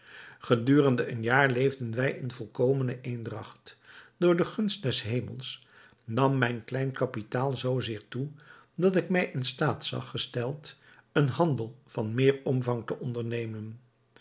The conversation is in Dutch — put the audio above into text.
gedurende een jaar leefden wij in volkomene eendragt door de gunst des hemels nam mijn klein kapitaal zoo zeer toe dat ik mij in staat zag gesteld een handel van meer omvang te ondernemen